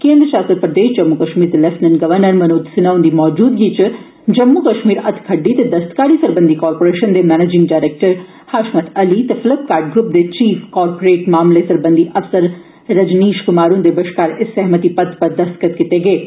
केन्द्र शासित प्रदेश जम्मू कश्मीर दे लेफ्टिनेंट गवर्नर मनोज सिन्हा हंदी मौजूदगी च जम्मू कश्मीर हत्थखड्डी ते दस्तकारिएं सरबंधी कारपोरेशन दे मैनेजिंग डरैक्टर हशमत अली ते फल्पिकार्ट ग्रुप दे चीफ कारपोरेट मामलें सरबंधी अफसर रजनीश कुमार हंदे बश्कार इस सैहमति पतरै पर दस्ख्त कीते गे न